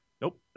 Nope